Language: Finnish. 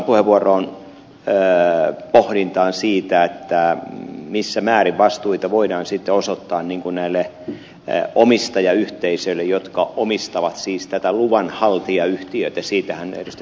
juurikkalan puheenvuoroon pohdintaan siitä missä määrin vastuita voidaan osoittaa omistajayhteisöille jotka siis omistavat tätä luvanhaltijayhtiötä siitähän ed